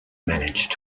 managed